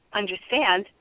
understand